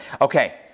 Okay